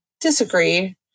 disagree